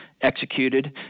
executed